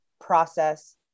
process